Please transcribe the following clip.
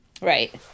Right